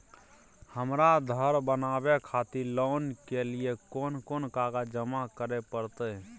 हमरा धर बनावे खातिर लोन के लिए कोन कौन कागज जमा करे परतै?